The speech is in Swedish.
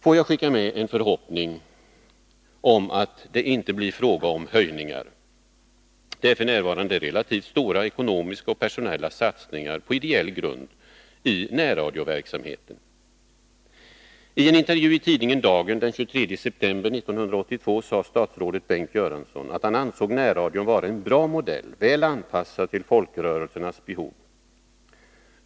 Får jag skicka med en förhoppning om att det inte blir fråga om höjningar. Det är f. n. relativt stora ekonomiska och personella satsningar på ideell grund i närradioverksamheten. I en intervju i tidningen Dagen den 23 september 1982 sade statsrådet Bengt Göransson att han ansåg närradion vara en bra modell, väl anpassad till folkrörelsernas behov.